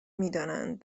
میدانند